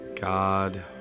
God